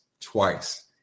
twice